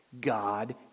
God